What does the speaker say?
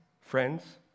Friends